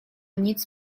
nic